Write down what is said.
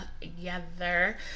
together